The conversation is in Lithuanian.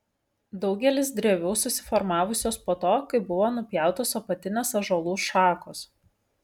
daugelis drevių susiformavusios po to kai buvo nupjautos apatinės ąžuolų šakos